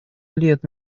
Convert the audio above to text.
лет